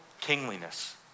kingliness